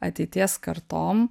ateities kartom